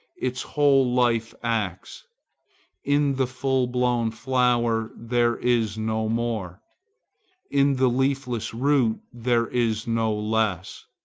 its whole life acts in the full-blown flower there is no more in the leafless root there is no less.